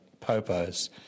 Popos